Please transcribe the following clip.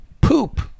poop